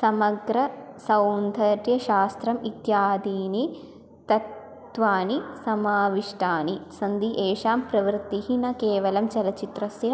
समग्रसौन्धर्यशास्त्रम् इत्यादीनि तत्त्वानि समाविष्टानि सन्ति एतेषां प्रवृत्तिः न केवलं चलच्चित्रस्य